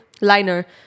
liner